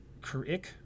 Kurik